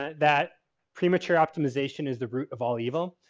that premature optimization is the root of all evil.